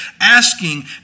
asking